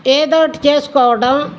ఏదోటి చేసుకోవడం